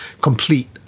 complete